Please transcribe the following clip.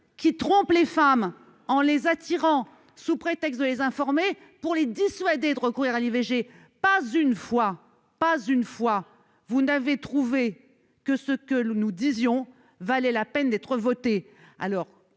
qui trompe les femmes en les attirant sous prétexte de les informer pour les dissuader de recourir à l'IVG, pas une fois, pas une fois vous n'avez trouvé que ce que nous nous disions valait la peine d'être votée,